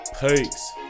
Peace